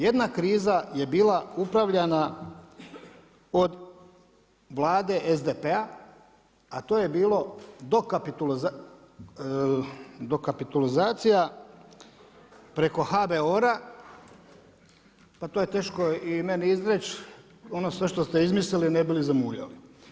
Jedna kriza je bila upravljanja od Vlade SDP-a a to je bilo dokapitalizacija preko HBOR-a, pa to je teško i meni izreći, ono sve što ste izmislili ne bi li zamuljali.